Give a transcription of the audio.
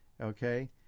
okay